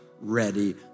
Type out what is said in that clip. ready